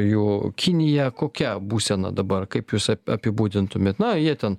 jų kinija kokia būsena dabar kaip jūs apibūdintumėt na jie ten